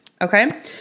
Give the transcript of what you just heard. Okay